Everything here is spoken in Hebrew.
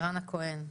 הכהן.